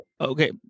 Okay